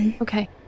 Okay